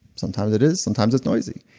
sometimes it is, sometimes it's noisy.